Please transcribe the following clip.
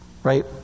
Right